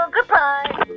Goodbye